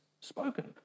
spoken